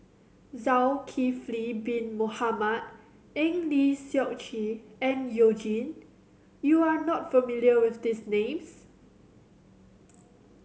Zulkifli Bin Mohamed Eng Lee Seok Chee and You Jin you are not familiar with these names